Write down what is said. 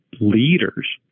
leaders